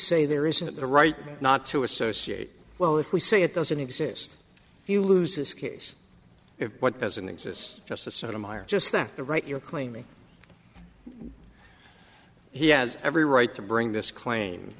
say there isn't a right not to associate well if we say it doesn't exist if you lose this case if what doesn't exist just a sort of mire just that the right you're claiming he has every right to bring this claim